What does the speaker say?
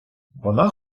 вона